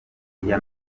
hirya